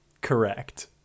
Correct